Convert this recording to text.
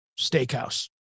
steakhouse